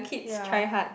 ya